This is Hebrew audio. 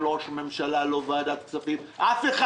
לא ראש הממשלה, לא ועדת כספים, אף אחד.